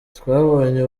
twabonye